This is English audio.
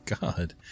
god